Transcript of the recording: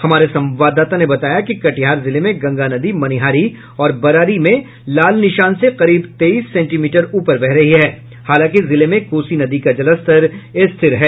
हमारे संवाददाता ने बताया कि कटिहार जिले में गंगा नदी मनिहारी और बरारी में लाल निशान से करीब तेईस सेंटीमीटर ऊपर बह रही है हालांकि जिले में कोसी नदी का जलस्तर स्थिर है